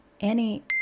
Annie